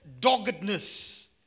doggedness